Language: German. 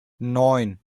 neun